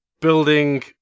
building